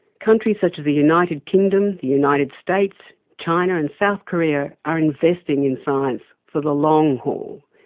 countries such as the united kingdom, the united states, china, and south korea are investing in science for the long haul.